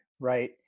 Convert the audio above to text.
right